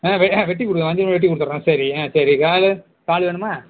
ஆ ஆ வெட்டி கொடுத்தர்றேன் வஞ்சிரம் மீன் வெட்டி கொடுத்தர்றேன் சரி ஆ சரி இறால் இறால் வேணுமா